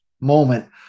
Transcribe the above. moment